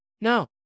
No